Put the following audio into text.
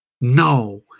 No